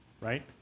right